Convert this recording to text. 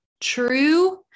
true